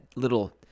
little